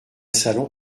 salon